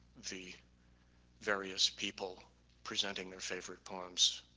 the various people presenting their favorite poems